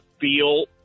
feel